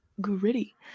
Gritty